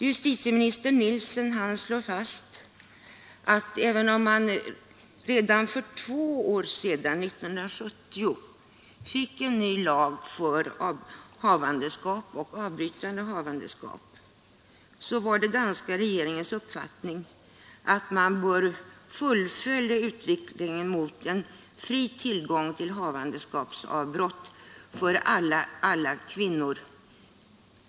Justitieminister Nielsen framhåller att även om man redan för två år sedan, 1970, fick en ny lag om havandeskap och avbrytande av havandeskap så var det danska regeringens uppfattning att man bör fullfölja utvecklingen mot en fri tillgång till havandeskapsavbrott för alla kvinnor.